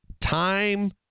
time